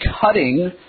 cutting